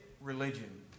religion